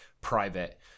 private